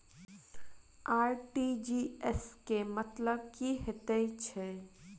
RTGS केँ मतलब की हएत छै?